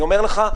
אני אומר לך,